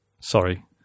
sorry